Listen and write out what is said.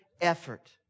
effort